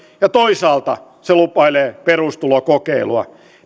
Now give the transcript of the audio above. ja toisaalla se lupailee perustulokokeilua